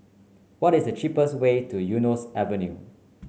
what is the cheapest way to Eunos Avenue